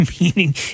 meaning